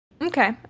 Okay